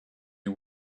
you